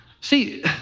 See